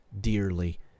dearly